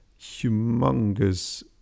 humongous